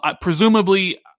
presumably